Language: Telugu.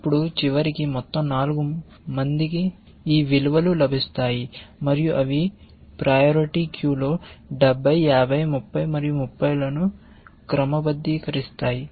అప్పుడు చివరికి మొత్తం 4 మందికి ఈ విలువలు లభిస్తాయి మరియు అవి ప్రయారిటీా క్యూలో 70 50 30 మరియు 30 లను క్రమబద్ధీకరిస్తాయి